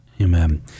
Amen